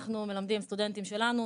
אנחנו מלמדים סטודנטים שלנו.